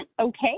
okay